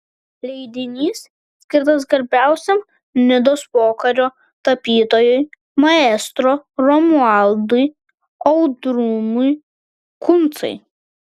leidinys skirtas garbiausiam nidos pokario tapytojui maestro romualdui audrūnui kuncai